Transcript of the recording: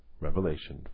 Revelation